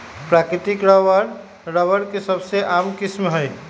प्राकृतिक rubber, rubber के सबसे आम किस्म हई